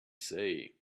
say